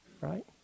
right